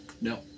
No